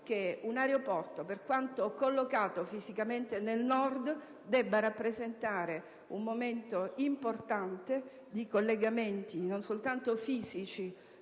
che un aeroporto, per quanto collocato fisicamente nel Nord, rappresenti un momento importante di collegamenti, non soltanto fisici,